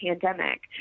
pandemic